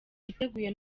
biteguye